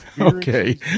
okay